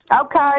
Okay